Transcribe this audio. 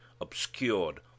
obscured